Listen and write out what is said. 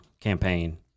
campaign